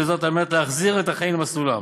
כדי להחזיר את החיים למסלולם.